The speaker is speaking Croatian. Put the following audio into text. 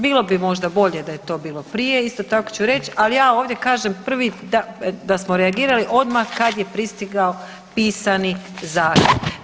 Bilo bi možda bolje da je to bilo prije isto tako ću reći, ali ja ovdje kažem prvi da smo reagirali odmah kad je pristigao pisan zahtjev.